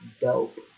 dope